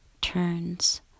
turns